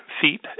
feet